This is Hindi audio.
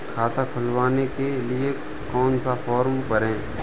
खाता खुलवाने के लिए कौन सा फॉर्म भरें?